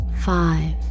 five